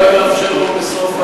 אולי נאפשר לו בסוף,